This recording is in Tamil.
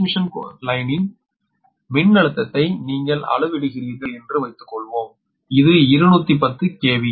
டிரான்ஸ்மிஷன் கோட்டின் மின்னழுத்தத்தை நீங்கள் அளவிடுகிறீர்கள் என்று வைத்துக்கொள்வோம் இது 210 கி